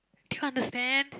can you understand